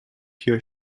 her